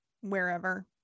wherever